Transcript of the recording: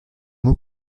mot